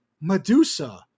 Medusa